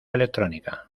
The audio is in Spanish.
electrónica